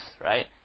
right